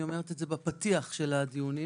אני אומרת את זה בפתיח של הדיונים